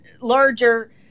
larger